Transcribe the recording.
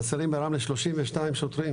חסרים ברמלה 32 שוטרים.